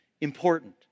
Important